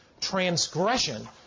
transgression